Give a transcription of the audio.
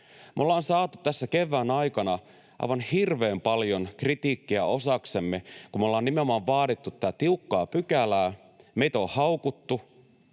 Me ollaan saatu tässä kevään aikana aivan hirveän paljon kritiikkiä osaksemme, kun me ollaan nimenomaan vaadittu tätä tiukkaa pykälää. Meitä on haukuttu,